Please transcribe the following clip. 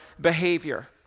behavior